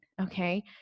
okay